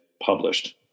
published